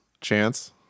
Chance